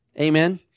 Amen